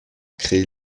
créer